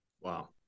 Wow